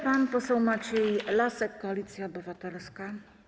Pan poseł Maciej Lasek, Koalicja Obywatelska.